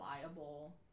reliable